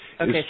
Okay